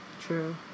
True